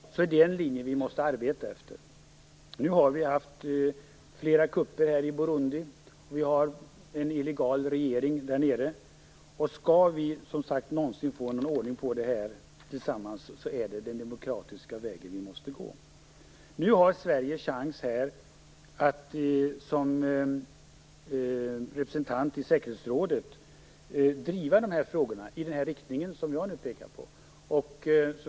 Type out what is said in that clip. Det är den linje som vi måste arbeta efter. I Burundi har det varit flera kupper, och det finns en illegal regering i landet. Om vi någonsin skall kunna få någon ordning på detta tillsammans så är det den demokratiska vägen vi måste gå. Nu har Sverige en chans att som representant i säkerhetsrådet driva dessa frågor i den riktning jag nu pekar på.